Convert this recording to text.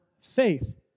faith